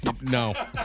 No